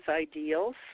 ideals